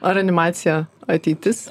ar animacija ateitis